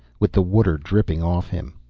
with the water dripping off him.